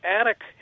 attic